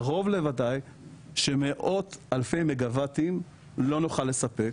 קרוב לוודאי שמאות אלפי מגה וואטים לא נוכל לספק,